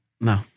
No